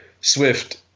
Swift